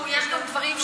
היו"ר אחמד טיבי: